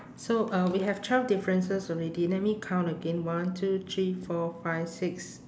so uh we have twelve differences already let me count again one two three four five six